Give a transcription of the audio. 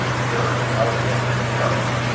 jarod alexander harrington,